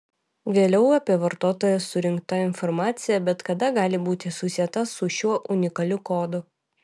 vėliau apie vartotoją surinkta informacija bet kada gali būti susieta su šiuo unikaliu kodu